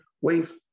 waste